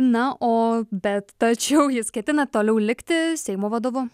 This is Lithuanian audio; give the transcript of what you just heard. na o bet tačiau jis ketina toliau likti seimo vadovu